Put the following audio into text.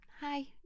hi